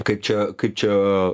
kaip čia kaip čia